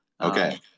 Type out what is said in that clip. Okay